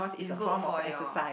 is good for your